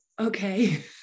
okay